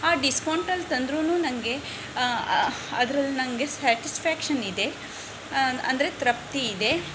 ಆ ಡಿಸ್ಕೌಂಟಲ್ಲಿ ತಂದ್ರು ನಂಗೆ ಅದ್ರಲ್ಲಿ ನಂಗೆ ಸ್ಯಾಟಿಸ್ಫ್ಯಾಕ್ಷನ್ ಇದೆ ಅಂದರೆ ತೃಪ್ತಿ ಇದೆ